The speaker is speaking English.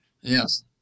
Yes